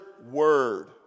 word